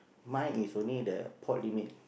mine is only the port limit